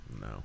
No